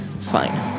fine